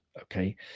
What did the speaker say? Okay